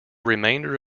remainder